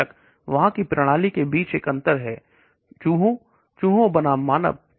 बेशक वहां की प्रणाली के बीच एक अंतर है चूहा बनाम मानव